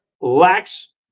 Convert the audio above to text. lacks